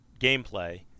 gameplay